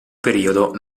periodo